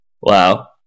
Wow